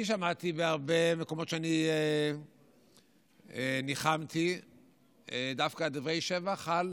אני שמעתי בהרבה מקומות שניחמתי דווקא דברי שבח על